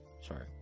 Sorry